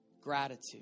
Gratitude